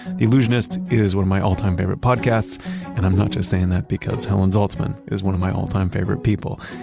the allusionist is one of my all-time favorite podcasts and i'm not just saying that because helen zaltzman is one of my all-time favorite people.